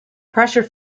pressure